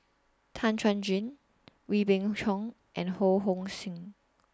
Tan Chuan Jin Wee Beng Chong and Ho Hong Sing